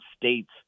State's